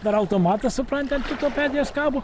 dar automatą supranti an kito peties kabo